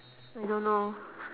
I don't know